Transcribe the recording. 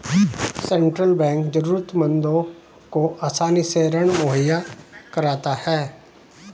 central bank जरूरतमंदों को आसानी से ऋण मुहैय्या कराता है